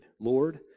Lord